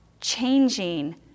changing